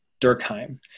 Durkheim